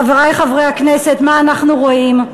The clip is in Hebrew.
חברי חברי הכנסת, מה אנחנו רואים?